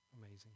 Amazing